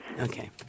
Okay